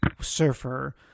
surfer